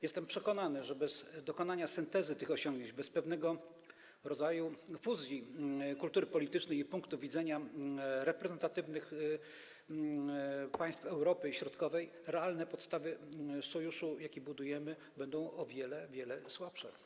Jestem przekonany, że bez dokonania syntezy tych osiągnięć, bez pewnego rodzaju fuzji kultury politycznej i punktu widzenia reprezentatywnych państw Europy Środkowej realne podstawy sojuszu, jaki budujemy, będą o wiele słabsze.